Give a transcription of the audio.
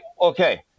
okay